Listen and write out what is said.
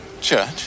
Church